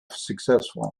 successful